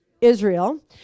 Israel